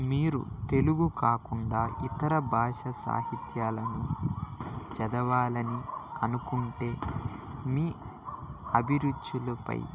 మీరు తెలుగు కాకుండా ఇతర భాష సాహిత్యాలను చదవాలని అనుకుంటే మీ అభిరుచులపై